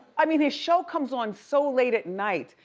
i mean his show comes on so late at night,